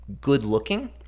good-looking